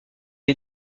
est